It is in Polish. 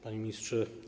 Panie Ministrze!